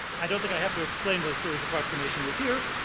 i don't think i have to explain what series approximation is, here.